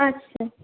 আচ্ছা